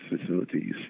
facilities